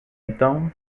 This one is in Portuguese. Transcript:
então